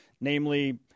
namely